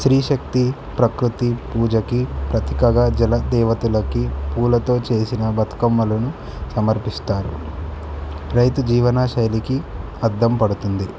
స్త్రీ శక్తి ప్రకృతి పూజకి ప్రతీకగా జల దేవతులకి పూలతో చేసిన బతుకమ్మలను సమర్పిస్తారు రైతు జీవన శైలికి అద్దం పడుతుంది